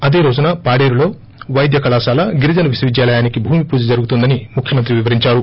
అదే రోజున పాడేరులో పైద్య కళాశాల గిరిజన విశ్వవిద్యాలయానికి భూమి పూజ జరుగుతుందని ముఖ్యమంత్రి వివరించారు